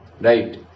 right